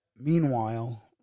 Meanwhile